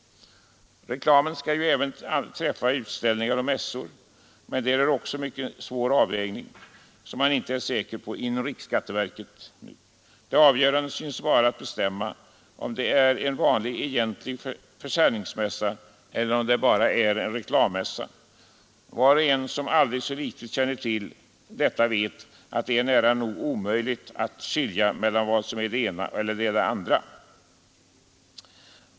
Reklamen skall ju även träffa utställningar och mässor, men där är det också en mycket svår avvägning, som man icke är säker på inom riksskatteverket. Det avgörande synes vara att bestämma, om det är vanlig egentlig försäljningsmässa eller om det bara är en reklammässa. Var och en som känner till detta aldrig så litet vet att det är nära nog omöjligt att skilja mellan vad som är det ena eller det andra.